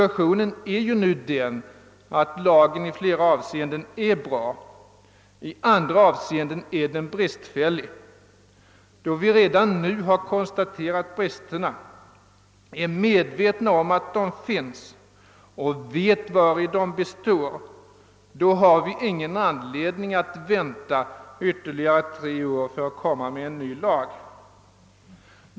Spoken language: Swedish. Då vi är medvetna om att brister finns i lagen och vet vari de består, har vi ingen anledning att vänta ytterligare tre år för att komma med en ny lag.